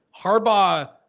Harbaugh